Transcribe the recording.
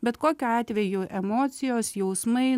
bet kokiu atveju emocijos jausmai